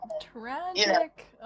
tragic